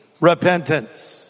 Repentance